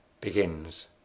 begins